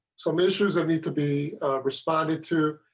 some issues that need to be responded to.